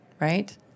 right